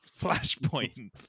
Flashpoint